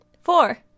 four